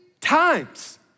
times